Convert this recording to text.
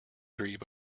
grieve